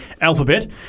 alphabet